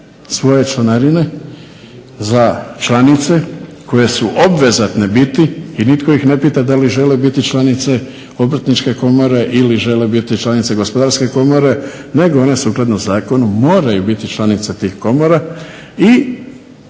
svoje članarine za članice koje su obvezatne biti i nitko ih ne pita da li žele biti članice Obrtničke komore ili žele biti članice Gospodarske komore nego one sukladno zakonu moraju biti članice tih komora i